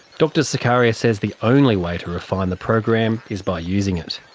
dr sukkarieh says the only way to refine the program is by using it.